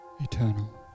eternal